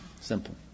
Simple